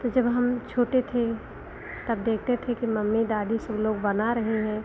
तो जब हम छोटे थे तब देखते थे कि मम्मी दादी सब लोग बना रहे हैं